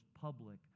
public